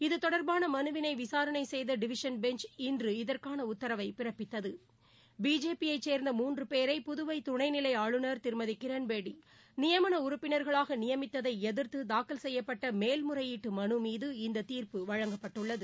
இது தொடர்பான மனுவினை விசாரணை செய்த டிவிஷன் பெஞ்ச் இன்று இதற்கான உத்தரவை பிறப்பித்தது பிஜேபி யைச் சேர்ந்த மூன்று பேரை புதுவை துணைநிலை ஆளுநர் திருமதி கிரண்பெடி நியமன உறுப்பினர்களாக நியமித்ததை எதிர்த்து தாக்கல் செய்யப்பட்ட மேல்முறையீட்டு மனு மீது இந்த தீர்ப்பு வழங்கப்பட்டுள்ளது